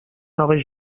noves